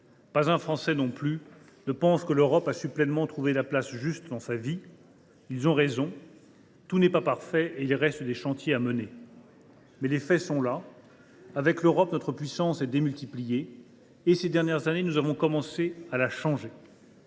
Pas un Français, non plus, ne pense que l’Europe a su pleinement trouver sa place juste dans sa vie – à raison, car tout n’est pas parfait. Il reste des chantiers à mener, mais les faits sont là : avec l’Europe, notre puissance est démultipliée. Et ces dernières années, nous avons commencé à la changer.